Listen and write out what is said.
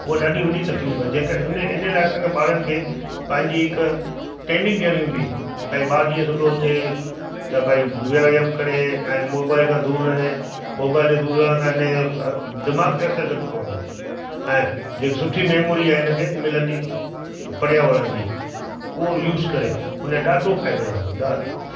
उहा ॾाढी वॾी तकलीफ़ु आहे जेके इन इन लाइ असांखे ॿारनि खे पंहिंजी हिकु ट्रेनिंग ॾियणी हूंदी त ॿार जीअं सुबुह जो उथे त भई व्यायाम करे ऐं मोबाइल खां दूरि रहे मोबाइल जे दूरि रहण सां इन जो दिमाग़ ते असर घट पवंदो ऐं जेकी सुठी मेमोरी आहे इन खे मिलंदी त पर्यावरण जी उहो यूस करे हुन ॾाढो फ़ाइदो रहंदो ॾाढो